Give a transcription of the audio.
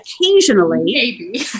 occasionally